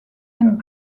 and